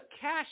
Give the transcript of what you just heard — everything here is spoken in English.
cash